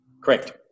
Correct